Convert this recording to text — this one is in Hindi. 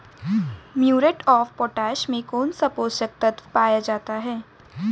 म्यूरेट ऑफ पोटाश में कौन सा पोषक तत्व पाया जाता है?